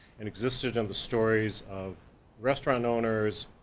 and existed in the stories of restaurant owners,